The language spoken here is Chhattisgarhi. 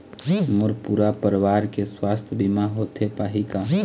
मोर पूरा परवार के सुवास्थ बीमा होथे पाही का?